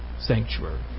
sanctuary